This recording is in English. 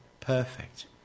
perfect